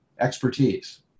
expertise